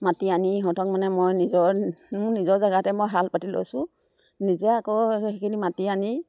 মাতি আনি সিহঁতক মানে মই নিজৰ মোৰ নিজৰ জেগাতে মই শাল পাতি লৈছোঁ নিজে আকৌ সেইখিনি মাতি আনি